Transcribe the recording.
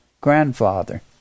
grandfather